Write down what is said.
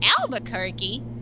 Albuquerque